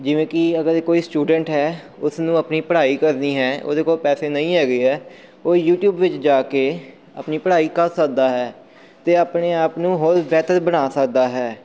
ਜਿਵੇਂ ਕਿ ਅਗਰ ਕੋਈ ਸਟੂਡੈਂਟ ਹੈ ਉਸਨੂੰ ਆਪਣੀ ਪੜ੍ਹਾਈ ਕਰਨੀ ਹੈ ਉਹਦੇ ਕੋਲ ਪੈਸੇ ਨਹੀਂ ਹੈਗੇ ਹੈ ਉਹ ਯੂਟੀਊਬ ਵਿੱਚ ਜਾ ਕੇ ਆਪਣੀ ਪੜ੍ਹਾਈ ਕਰ ਸਕਦਾ ਹੈ ਅਤੇ ਆਪਣੇ ਆਪ ਨੂੰ ਹੋਰ ਬਿਹਤਰ ਬਣਾ ਸਕਦਾ ਹੈ